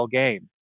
game